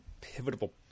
pivotal